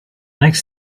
next